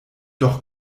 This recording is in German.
doch